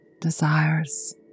desires